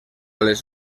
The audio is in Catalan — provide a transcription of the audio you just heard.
les